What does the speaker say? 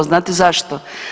Znate zašto?